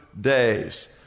days